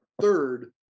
third